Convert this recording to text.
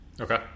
Okay